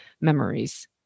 memories